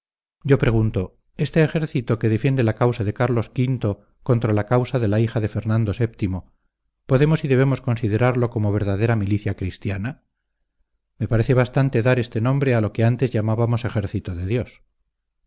yo pregunto este ejército que defiende la causa de carlos v contra la causa de la hija de fernando vii podemos y debemos considerarlo como verdadera milicia cristiana me parece bastante dar este nombre a lo que antes llamábamos ejército de dios